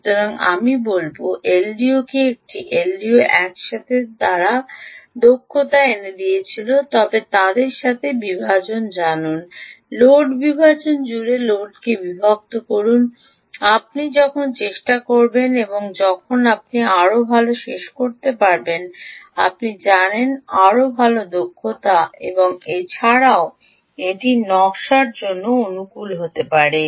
সুতরাং আমি বলব এলডিওকে একটি এলডিও একসাথে তারা দক্ষতা এনে দিয়েছিল তবে তাদের সাথে বিভাজন জানুন লোড বিভাজন জুড়ে লোডকে বিভক্ত করুন আপনি যখন চেষ্টা করবেন যখন আপনি আরও ভাল শেষ করতে পারেন আপনি জানেন আরও ভাল দক্ষতা এবং এছাড়াও এটি নকশার জন্য অনুকূল হতে পারে